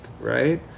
right